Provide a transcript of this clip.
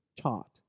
taught